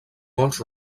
molts